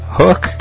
hook